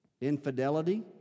infidelity